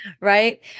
Right